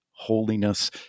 holiness